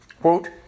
quote